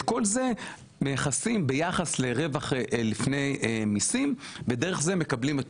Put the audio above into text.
כל זה מייחסים ביחס לרווח לפני מיסים ודרך זה מקבלים את